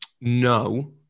no